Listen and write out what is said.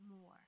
more